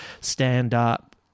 stand-up